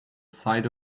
side